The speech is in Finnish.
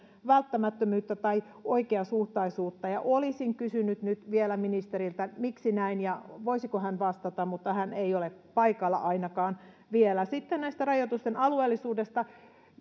välttämättömyyttä tai oikeasuhtaisuutta ja ja olisin kysynyt nyt vielä ministeriltä miksi näin ja voisiko hän vastata mutta hän ei ole paikalla ainakaan vielä sitten rajoitusten alueellisuudesta